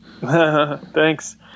Thanks